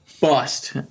bust